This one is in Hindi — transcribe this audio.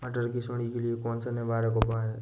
मटर की सुंडी के लिए कौन सा निवारक उपाय है?